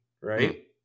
right